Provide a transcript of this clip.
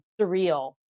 surreal